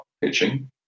pitching